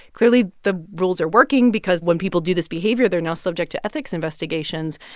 clearly, the rules are working because when people do this behavior, they're now subject to ethics investigations.